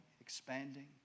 expanding